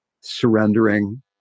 Surrendering